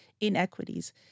inequities